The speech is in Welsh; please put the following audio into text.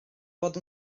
bod